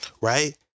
Right